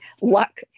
luck